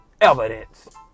evidence